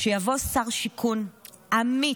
שיבוא שר שיכון אמיץ,